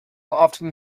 often